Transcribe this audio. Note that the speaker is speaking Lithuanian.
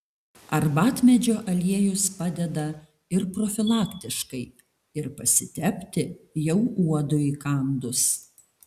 arbatmedžio aliejus padeda ir profilaktiškai ir pasitepti jau uodui įkandus